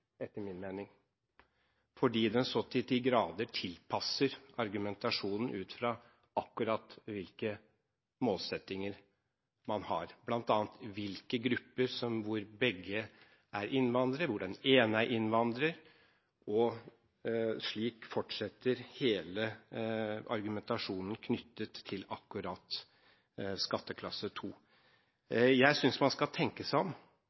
etter min mening. Man tilpasser så til de grader argumentasjonen ut fra akkurat hvilke målsettinger man har, bl.a. hvilke grupper – der hvor begge er innvandrere, der hvor den ene er innvandrer – og slik fortsetter hele argumentasjonen knyttet til akkurat skatteklasse 2. Jeg synes man skal tenke seg om